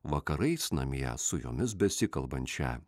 vakarais namie su jomis besikalbančią